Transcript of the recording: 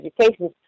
education